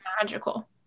magical